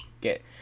get